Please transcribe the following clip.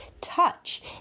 touch